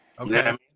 Okay